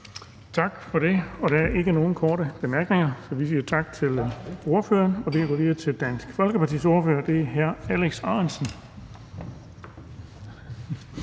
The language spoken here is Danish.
Tak for det. Der er ikke nogen korte bemærkninger. Så vi siger tak til ordføreren. Vi kan gå videre til Dansk Folkepartis ordfører, og det er hr. Alex Ahrendtsen.